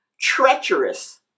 treacherous